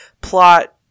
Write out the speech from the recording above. plot